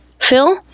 Phil